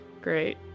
Great